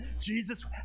Jesus